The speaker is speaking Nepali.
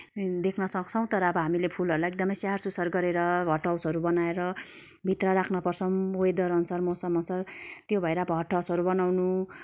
देख्न सक्छौँ तर अब हामीले फुलहरूलाई एकदमै स्याहार सुसार गरेर हट हाउसहरू बनाएर भित्र राख्न पर्छन् वेदर आनुसार मौसम अनुसार त्यो भएर हट हाउसहरू बनाउनु